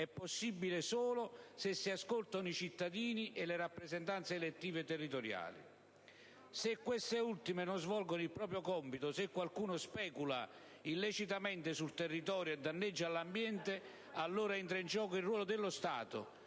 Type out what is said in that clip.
è possibile solo se si ascoltano i cittadini e le rappresentanze elettive territoriali. Se queste ultime non svolgono il proprio compito, o se qualcuno specula illecitamente sul territorio e danneggia l'ambiente, allora entra in gioco il ruolo dello Stato